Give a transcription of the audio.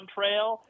Trail